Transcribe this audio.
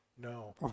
No